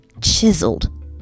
chiseled